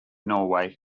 norway